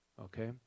okay